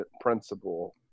principle